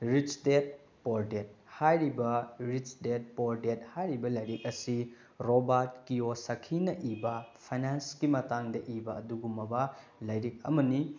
rich dad poor dad ꯍꯥꯏꯔꯤꯕ rich dad poor dad ꯍꯥꯏꯔꯤꯕ ꯂꯥꯏꯔꯤꯛ ꯑꯁꯤ ꯔꯣꯕꯥꯔꯠ ꯀꯤꯑꯣꯁꯈꯤꯅ ꯏꯕ ꯐꯥꯏꯅꯥꯟꯁꯀꯤ ꯃꯇꯥꯡꯗ ꯏꯕ ꯑꯗꯨꯒꯨꯝꯂꯕ ꯂꯥꯏꯔꯤꯛ ꯑꯃꯅꯤ